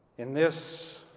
in this,